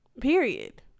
Period